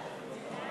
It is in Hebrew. חוק